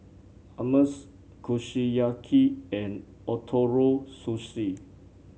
Hummus Kushiyaki and Ootoro Sushi